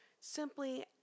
simply